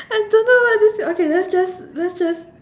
I don't know what to say okay let's just let's just